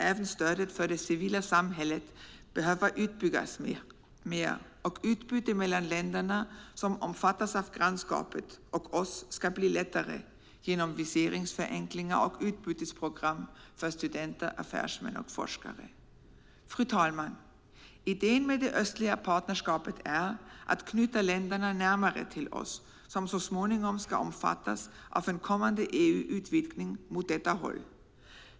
Även stödet för det civila samhället behöver byggas ut mer. Utbytet mellan länderna som omfattas av grannskapet och oss ska bli lättare genom viseringsförenklingar och utbytesprogram för studenter, affärsmän och forskare. Fru talman! Idén med det östliga partnerskapet är att knyta länderna närmare till oss. Detta ska så småningom omfattas av en kommande EU-utvidgning mot detta håll.